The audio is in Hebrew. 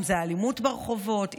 אם זה האלימות ברחובות,